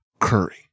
Curry